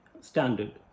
standard